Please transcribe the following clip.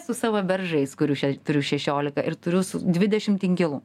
su savo beržais kurių turiu šešiolika ir turiu dvidešimt inkilų